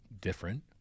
Different